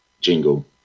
jingle